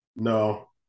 no